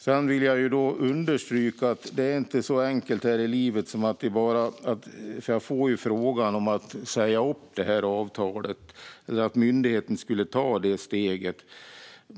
Sedan vill jag understryka att det inte är så enkelt här i livet som att det bara är att säga upp det här avtalet. Jag får frågan om att göra det eller att myndigheten ska ta det steget.